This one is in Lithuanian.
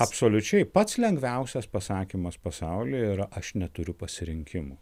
absoliučiai pats lengviausias pasakymas pasaulyje yra aš neturiu pasirinkimo